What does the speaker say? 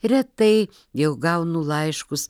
retai jau gaunu laiškus